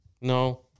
No